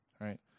right